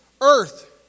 earth